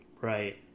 right